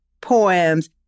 poems